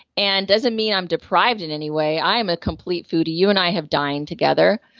and doesn't mean i'm deprived in any way, i am a complete foodie. you and i have dined together.